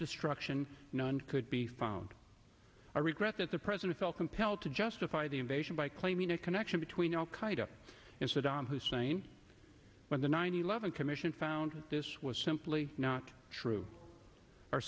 destruction none could be found i regret that the president felt compelled to justify the invasion by claiming a connection between al qaeda and saddam hussein but the nine eleven commission found this was simply not true our